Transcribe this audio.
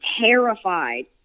terrified